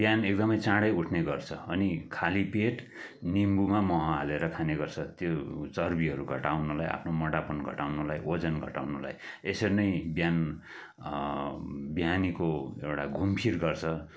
बिहान एकदमै चाँढै उठ्ने गर्छ अनि खाली पेट निम्बुमा मह हालेर खाने गर्छ त्यो चर्बीहरू घटाउनलाई आफ्नो मोटापन घटाउनलाई ओजन घटाउनुलाई यसरी नै बिहान बिहानीको एउटा घुमफिर गर्छ